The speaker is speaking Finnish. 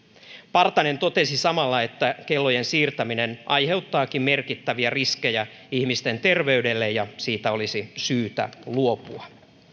partonen totesikin samalla että kellojen siirtäminen aiheuttaa merkittäviä riskejä ihmisten terveydelle ja siitä olisi syytä luopua